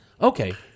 Okay